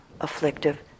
afflictive